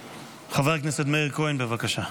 חברת הכנסת מירב כהן, בבקשה.